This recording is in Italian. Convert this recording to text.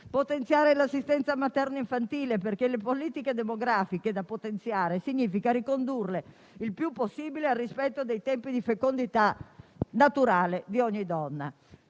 potenziare l'assistenza materna e infantile, perché potenziare le politiche demografiche significa ricondurle il più possibile al rispetto dei tempi di fecondità naturale di ogni donna.